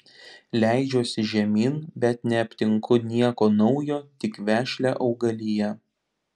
leidžiuosi žemyn bet neaptinku nieko naujo tik vešlią augaliją